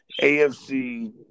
AFC